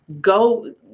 Go